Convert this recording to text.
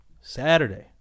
Saturday